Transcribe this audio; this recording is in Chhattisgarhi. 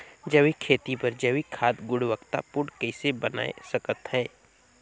जैविक खेती बर जैविक खाद गुणवत्ता पूर्ण कइसे बनाय सकत हैं?